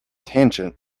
tangent